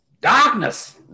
Darkness